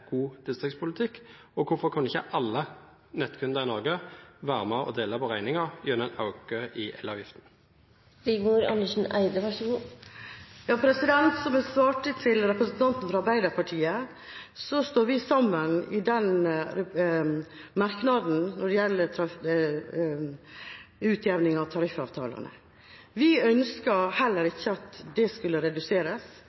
god distriktspolitikk, og hvorfor kunne ikke alle nettkunder i Norge være med og dele på regningen gjennom en økning i elavgiften? Som jeg svarte representanten fra Arbeiderpartiet, står vi sammen i den merknaden som gjelder utjevning av tariffavtalene. Vi ønsket heller